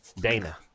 Dana